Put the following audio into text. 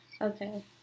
Okay